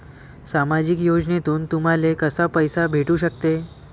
सामाजिक योजनेतून तुम्हाले कसा पैसा भेटू सकते?